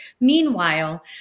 Meanwhile